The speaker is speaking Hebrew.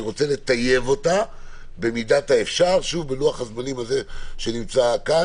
אני רוצה לטייב אותה במידת האפשר בלוח הזמנים הזה שיש לנו.